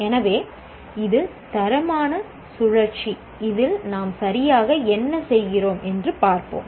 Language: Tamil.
எனவே இது தரமான சுழற்சி இதில் நாம் சரியாக என்ன செய்கிறோம் என்று பார்ப்போம்